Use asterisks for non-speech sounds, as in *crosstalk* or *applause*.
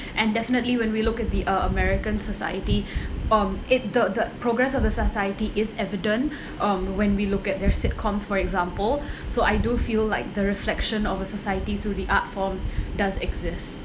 and definitely when we look at the uh american society *breath* um it the the progress of the society is evident *breath* um when we look at their sitcoms for example *breath* so I do feel like the reflection of a society through the art form *breath* does exist